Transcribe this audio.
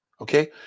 Okay